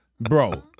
Bro